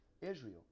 Israel